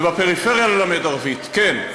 ובפריפריה ללמד ערבית, כן.